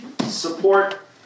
Support